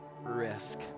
Risk